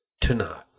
tonight